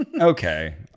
Okay